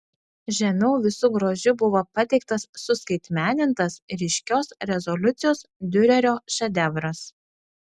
žemiau visu grožiu buvo pateiktas suskaitmenintas ryškios rezoliucijos diurerio šedevras